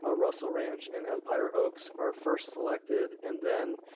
ah russell ranch and empire oaks are first selected and then